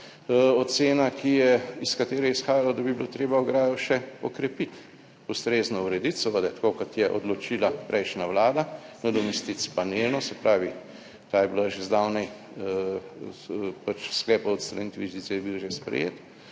ocena iz katere je izhajalo, da bi bilo treba ograjo še okrepiti, ustrezno urediti, seveda tako kot je odločila prejšnja vlada, nadomestiti s panelno, se pravi, ta je bila že zdavnaj, sklep o odstrani žice je bil že sprejet,